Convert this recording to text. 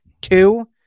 two